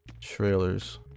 trailers